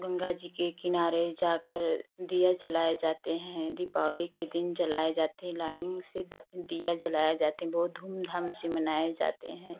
गंगा जी के किनारे जाकर दिया जलाए जाते हैं दीपावली के दिन जलाए जाते हैं लाइनिंग से दिया जलाया जाते हैं बहुत धूमधाम से मनाए जाते हैं